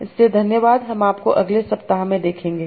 इसलिए धन्यवाद हम आपको अगले सप्ताह में देखेंगे